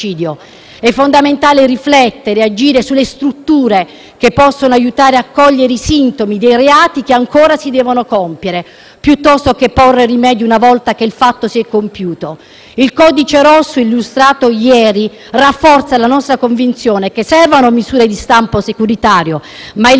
"Codice rosso" illustrato ieri rafforza la nostra convinzione che servono misure di stampo securitario, ma il vero tema oggi è quella dell'attuazione delle leggi e, soprattutto,